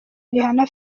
rihanna